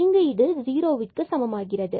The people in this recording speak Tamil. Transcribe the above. இங்கு ஜீரோவுக்கு சமமாகிறது